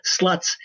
sluts